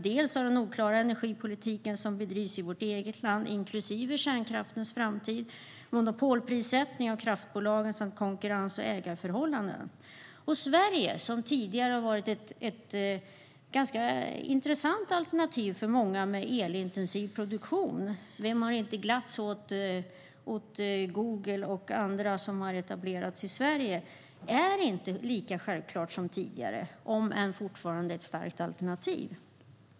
Den oklara energipolitiken som bedrivs i vårt eget land inklusive kärnkraftens framtid leder till monopolprissättning av kraftbolagens konkurrens och ägarförhållanden. Sverige var tidigare ett ganska intressant alternativ för många med elintensiv produktion - vem har inte glatt sig åt Google och andra som har etablerats i Sverige? - men det är inte lika självklart som tidigare, om än fortfarande ett starkt alternativ.